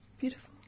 Beautiful